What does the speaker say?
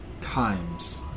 times